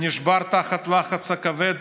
שנשבר תחת הלחץ הכבד